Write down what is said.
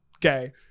gay